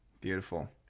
Beautiful